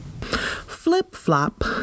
Flip-flop